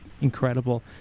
incredible